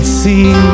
see